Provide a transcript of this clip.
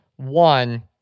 One